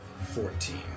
Fourteen